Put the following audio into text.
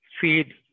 feed